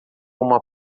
uma